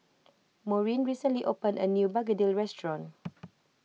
Maureen recently opened a new Begedil restaurant